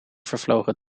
vervlogen